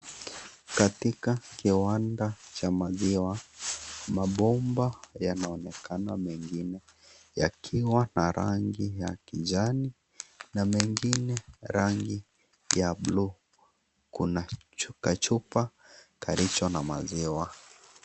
Katika kiwanda cha maziwa mabomba yanaonekana mengine yakiwa na rangi ya kijani na mengine rangi ya blue kuna chupa kilicho na maziwa.